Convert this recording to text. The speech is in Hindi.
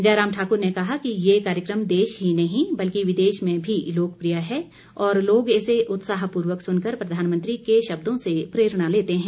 जयराम ठाकुर ने कहा कि ये कार्यक्रम देश ही नहीं बल्कि विदेश में भी लोकप्रिय है और लोग इसे उत्साहपूर्वक सुनकर प्रधानमंत्री के शब्दों से प्रेरणा लेते हैं